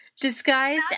Disguised